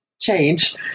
change